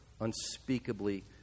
unspeakably